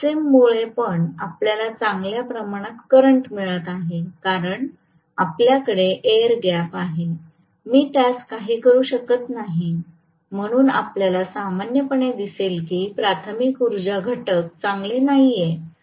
Xm मुळे पण आपल्याला चांगल्या प्रमाणात करंट मिळत आहे कारण आपल्याकडे एअर गॅप आहे मी त्यास काही करू शकत नाही म्हणून आपल्याला सामान्यपणे दिसेल की प्रारंभिक उर्जा घटक चांगले नाहीये